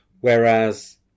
Whereas